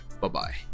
Bye-bye